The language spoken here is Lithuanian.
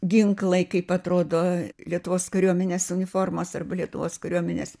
ginklai kaip atrodo lietuvos kariuomenės uniformos arba lietuvos kariuomenės